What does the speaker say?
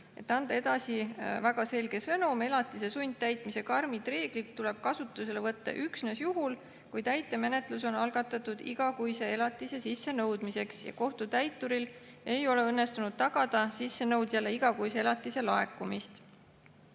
et anda edasi väga selge sõnum. Elatise sundtäitmise karmid reeglid tuleb kasutusele võtta üksnes juhul, kui täitemenetlus on algatatud igakuise elatise sissenõudmiseks ja kohtutäituril ei ole õnnestunud tagada sissenõudjale igakuise elatise laekumist.